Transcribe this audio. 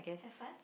have fun